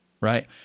right